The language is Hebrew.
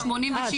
ל-86.